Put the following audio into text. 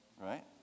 Right